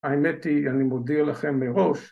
‫האמת היא, אני מודיע לכם מראש.